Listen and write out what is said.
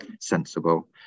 sensible